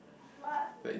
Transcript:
what